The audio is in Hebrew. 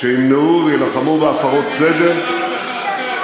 שימנעו ויילחמו בהפרות סדר, מה עם הדיור?